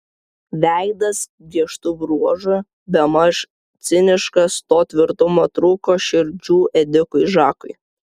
veidas griežtų bruožų bemaž ciniškas to tvirtumo trūko širdžių ėdikui žakui